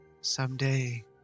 Someday